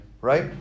Right